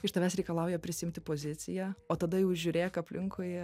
iš tavęs reikalauja prisiimti poziciją o tada jau žiūrėk aplinkui